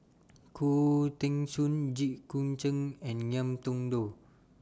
Khoo Teng Soon Jit Koon Ch'ng and Ngiam Tong Dow